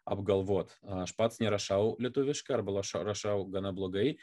apgalvot aš pats nerašau lietuviškai arba raš rašau gana blogai